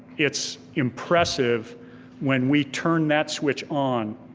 it's impressive when we turn that switch on